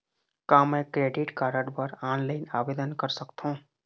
का मैं credit card बर ऑनलाइन आवेदन कर सकथों?